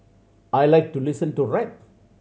I like to listen to rap